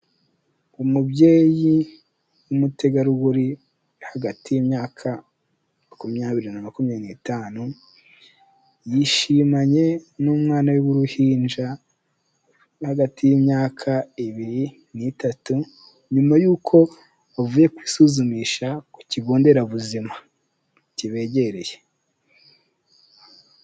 Umubyeyi w'umutegarugori uri hagati y'imyaka makumyabiri na makumyabiri n'itanu, yishimanye n'umwana we w'uruhinja uri hagati y'imyaka ibiri n'itatu, nyuma y'uko bavuye kwisuzumisha ku kigo nderabuzima kibegereye.